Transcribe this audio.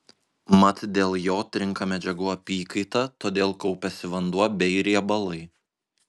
mat dėl jo trinka medžiagų apykaita todėl kaupiasi vanduo bei riebalai